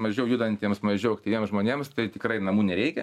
mažiau judantiems mažiau aktyviems žmonėms tai tikrai namų nereikia